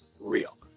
real